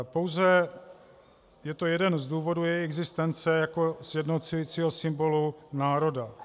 Pouze je to jeden z důvodů její existence jako sjednocujícího symbolu národa.